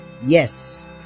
Yes